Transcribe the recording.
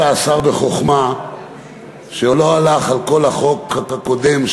השר עשה בחוכמה שלא הלך על כל החוק הקודם,